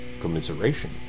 commiseration